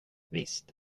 visst